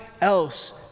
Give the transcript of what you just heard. else